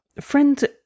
friend